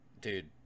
dude